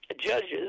judges